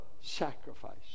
sacrifice